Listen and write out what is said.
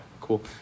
Cool